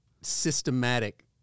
systematic